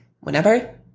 Whenever